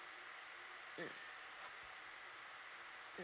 mm